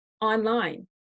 online